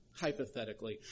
hypothetically